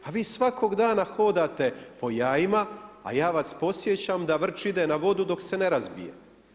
Pa vi svakog dana hodate po jajima, a ja vas podsjećam da vrč ide na vodu dok se ne razbije.